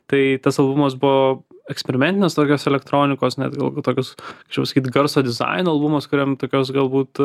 tai tas albumas buvo eksperimentinės tokios elektronikos net galbūt tokios čia pasakyt garso dizaino albumas kuriam tokios galbūt